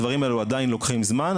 הדברים האלו עדיין לוקחים זמן,